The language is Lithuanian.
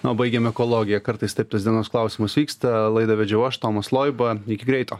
na o baigėm ekologija kartais taip tas dienos klausimas vyksta laidą vedžiau aš tomas loiba iki greito